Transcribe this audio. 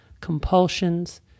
compulsions